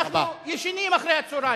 אנחנו ישנים אחר-הצהריים.